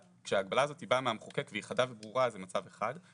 כשההגבלה באה מהמחוקק והיא חדה וברורה אז זה מצב אחד,